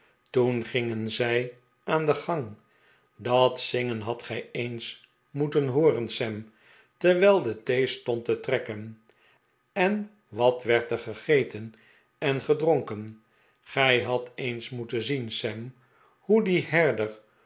toen gingen zij aan den gang dat zingen hadt gij eens moeten hooren sam terwijl de thee stond te trekken en wat werd er gegeten en gedronken gij hadt eens moeten zien sam hoe die herder